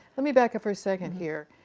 let me back up for a second here.